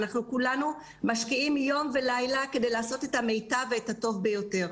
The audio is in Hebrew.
אנחנו כולנו משקיעים יום ולילה כדי לעשות את הטוב ביותר.